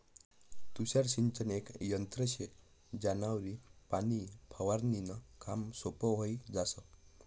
तुषार सिंचन येक यंत्र शे ज्यानावरी पाणी फवारनीनं काम सोपं व्हयी जास